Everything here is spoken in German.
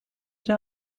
der